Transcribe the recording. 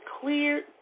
clear